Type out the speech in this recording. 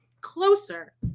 Closer